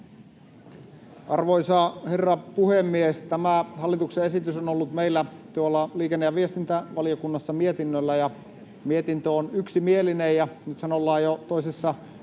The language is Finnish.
Arvoisa herra puhemies! Tämä hallituksen esitys on ollut meillä tuolla liikenne- ja viestintävaliokunnassa mietinnöllä, ja mietintö on yksimielinen. Ja nythän ollaan jo toisessa